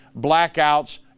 blackouts